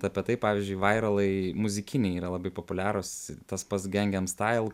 apie tai pavyzdžiui vairalai muzikiniai yra labai populiarūs tas pats gangnam style